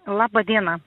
laba diena